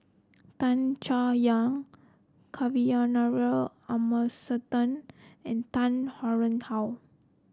Tan Chay Yan Kavignareru Amallathasan and Tan Tarn How